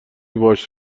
باهاش